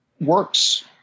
Works